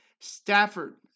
Stafford